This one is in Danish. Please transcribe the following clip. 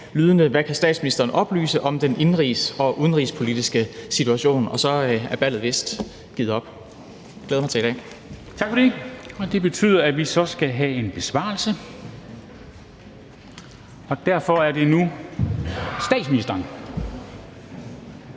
lydende: Hvad kan statsministeren oplyse om den indenrigs- og udenrigspolitiske situation? Så er bolden vist givet op. Jeg glæder mig til i dag. Kl. 09:01 Formanden (Henrik Dam Kristensen): Tak for det. Det betyder, at vi så skal have en besvarelse, og derfor er det nu statsministeren.